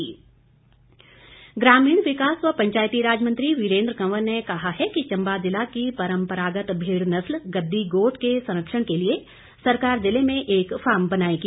वीरेंद्र कंवर ग्रामीण विकास व पंचायतीराज मंत्री वीरेंद्र कंवर ने कहा है कि चंबा जिला की परंपरागत भेड़ नस्ल गददी गोट के संरक्षण के लिए सरकार जिले में एक फार्म बनाएगी